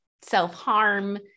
self-harm